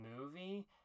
movie